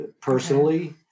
personally